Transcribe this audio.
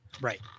Right